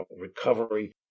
recovery